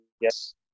yes